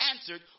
answered